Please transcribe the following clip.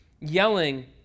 yelling